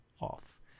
off